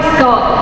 Scott